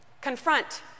confront